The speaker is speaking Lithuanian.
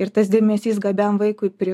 ir tas dėmesys gabiam vaikui pri